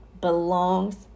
Belongs